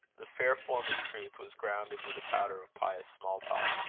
the fair form of truth was ground into the powder of pious small talk.